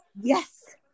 Yes